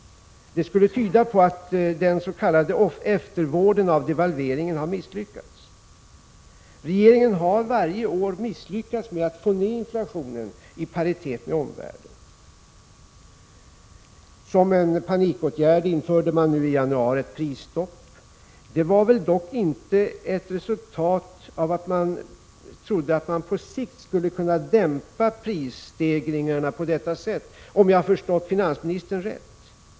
Det skulle tyda på att den s.k. eftervården av devalveringen har misslyckats. Regeringen har varje år misslyckats med att få ned inflationen i paritet med omvärldens. Som en panikåtgärd införde man nu i januari ett prisstopp. Det var dock inte ett resultat av att regeringen på sikt trodde sig kunna dämpa prisökningarna på detta sätt, om jag förstod finansministern rätt.